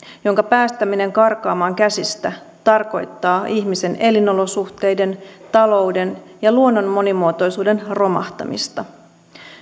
jonka päästäminen karkaamaan käsistä tarkoittaa ihmisen elinolosuhteiden talouden ja luonnon monimuotoisuuden romahtamista